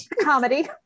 comedy